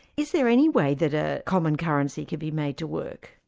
is there any way that a common currency could be made to work?